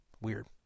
Weird